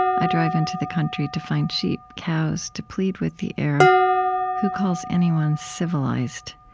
i drive into the country to find sheep, cows, to plead with the air who calls anyone civilized?